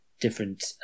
different